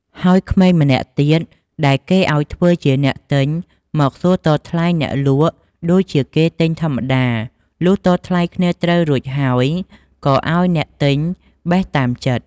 ហើយក្មេងម្នាក់ ទៀត ដែលគេឲ្យធ្វើជាអ្នកទិញមកសួរតថ្លៃអ្នកលក់ដូចជាគេទិញធម្មតា លុះតថ្លៃគ្នាត្រូវរួចហើយ ក៏ឲ្យអ្នកទិញបេះ តាមចិត្ត ។